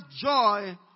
joy